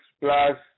plus